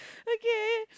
okay